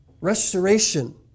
restoration